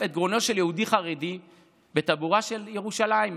את גרונו של יהודי חרדי בטבורה של ירושלים,